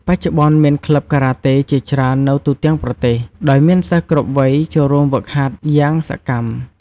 បច្ចុប្បន្ន មានក្លឹបការ៉ាតេជាច្រើននៅទូទាំងប្រទេស ដោយមានសិស្សគ្រប់វ័យចូលរួមហ្វឹកហាត់យ៉ាងសកម្ម។